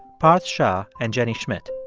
parth shah, and jenny schmidt.